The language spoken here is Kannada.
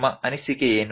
ನಿಮ್ಮ ಅನಿಸಿಕೆ ಏನು